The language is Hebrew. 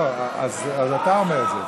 לא, אז אתה אומר את זה.